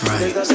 Right